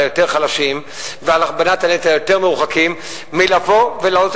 היותר-חלשים ולהכבדת הנטל על היותר-מרוחקים מלבוא ולהעלות